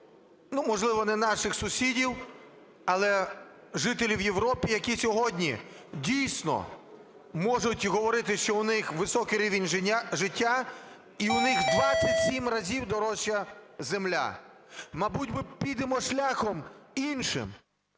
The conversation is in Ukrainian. можливо, не наших сусідів, але жителів Європи, які сьогодні дійсно можуть говорити, що в них високий рівень життя, і в них у 27 разів дорожча земля. Мабуть, ми підемо шляхом іншим: